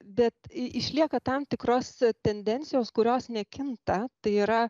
bet išlieka tam tikros tendencijos kurios nekinta tai yra